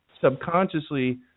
subconsciously